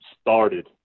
started –